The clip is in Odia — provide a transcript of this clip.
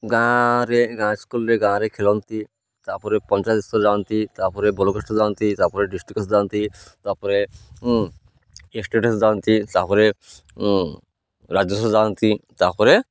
ଗାଁରେ ଗାଁ ସ୍କୁଲ୍ରେ ଗାଁରେ ଖେଳନ୍ତି ତାପରେ ପଞ୍ଚାୟତ ଯାଆନ୍ତି ତାପରେ ବୋଲକସ୍ତ ଯାଆନ୍ତି ତାପରେ ଡିଷ୍ଟ୍ରିକ୍ଟ୍ ଯାଆନ୍ତି ତାପରେ ଯାଆନ୍ତି ତାପରେ ରାଜ୍ୟସ୍ତ ଯାଆନ୍ତି ତାପରେ